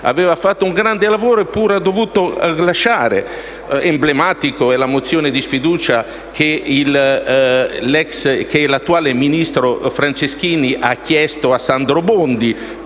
aveva fatto un grande lavoro, eppure ha dovuto lasciare. Emblematica è la mozione di sfiducia da parte dell'attuale ministro Franceschini nei confronti di Sandro Bondi